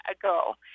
ago